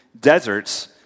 deserts